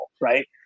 right